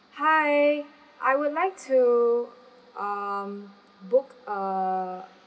hi I would like to um book a